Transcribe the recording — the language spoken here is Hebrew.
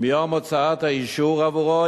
מיום הוצאת האישור עבורו,